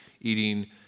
eating